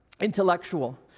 intellectual